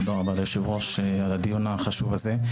תודה רבה ליושב-ראש על הדיון החשוב הזה.